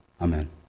amen